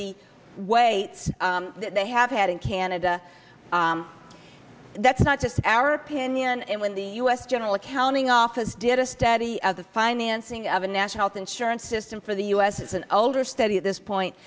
the weights that they have had in canada that's not just our opinion and when the u s general accounting office did a study of the financing of a national insurance system for the u s it's an older study at this point